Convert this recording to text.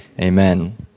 amen